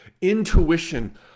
intuition